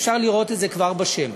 אפשר לראות את זה כבר בשם.